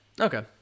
Okay